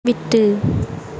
விட்டு